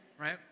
Right